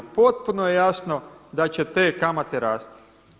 Potpuno je jasno da će te kamate rasti.